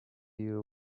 you